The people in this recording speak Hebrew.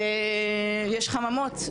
יש חממות.